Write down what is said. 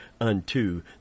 unto